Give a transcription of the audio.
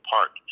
Park